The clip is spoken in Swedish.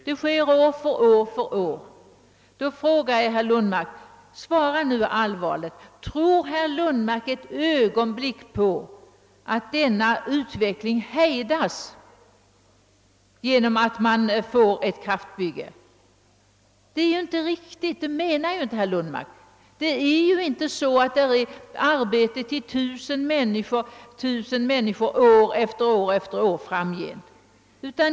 Då vill jag fråga herr Lundmark och jag ber honom svara uppriktigt: Tror herr Lundmark ett ögonblick, att denna utveckling skulle komma att hejdas, om man fick ett kraftverksbygge? Det menar säkert inte herr Lundmark. Det förhåller sig ju inte så, att där finns arbete för tusen människor år efter år allt framgent.